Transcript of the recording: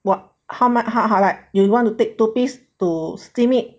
what how much how how like you want to take two piece to steam it